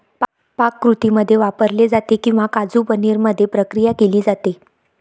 पाककृतींमध्ये वापरले जाते किंवा काजू पनीर मध्ये प्रक्रिया केली जाते